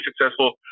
successful